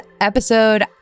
episode